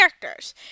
characters